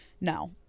No